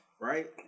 Right